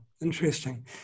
interesting